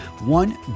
one